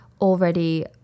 already